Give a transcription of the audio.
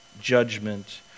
judgment